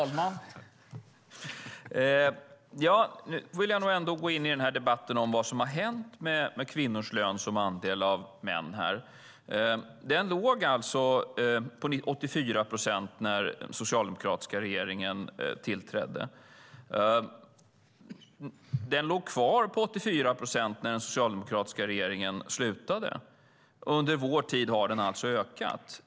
Herr talman! Jag vill gå in i debatten om vad som har hänt med kvinnors lön uttryckt som andel av männens lön. Den låg på 84 procent när den socialdemokratiska regeringen tillträdde. Den låg kvar på 84 procent när den socialdemokratiska regeringen slutade. Under vår tid har den alltså ökat.